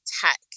tech